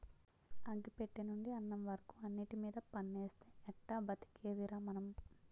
అగ్గి పెట్టెనుండి అన్నం వరకు అన్నిటిమీద పన్నేస్తే ఎట్టా బతికేదిరా మనం?